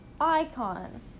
icon